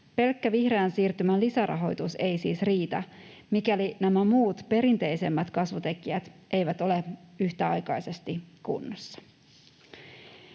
Pelkkä vihreän siirtymän lisärahoitus ei siis riitä, mikäli nämä muut, perinteisemmät kasvutekijät eivät ole yhtäaikaisesti kunnossa.